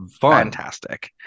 fantastic